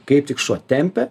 kaip tik šuo tempia